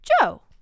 Joe